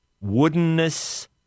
woodenness